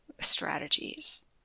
strategies